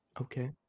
Okay